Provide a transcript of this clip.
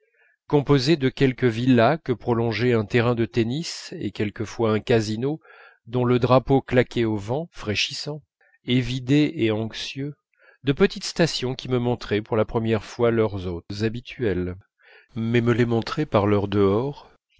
composées de quelques villas que prolongeait un terrain de tennis et quelquefois un casino dont le drapeau claquait au vent fraîchissant évidé et anxieux de petites stations qui me montraient pour la première fois leurs hôtes habituels mais me les montraient par leur dehors